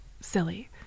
silly